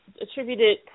attributed